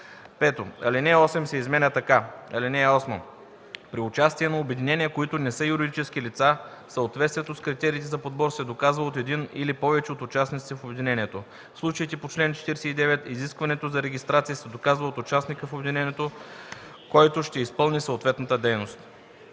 5. Алинея 8 се изменя така: „(8) При участие на обединения, които не са юридически лица, съответствието с критериите за подбор се доказва от един или повече от участниците в обединението. В случаите по чл. 49 изискването за регистрация се доказва от участника в обединението, който ще изпълни съответната дейност.”